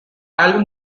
album